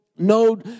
No